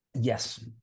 Yes